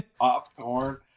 Popcorn